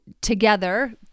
together